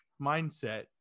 mindset